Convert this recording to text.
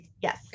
Yes